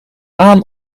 aan